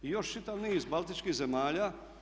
I još čitav niz baltičkih zemalja.